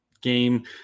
game